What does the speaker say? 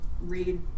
read